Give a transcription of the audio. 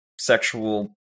sexual